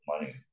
money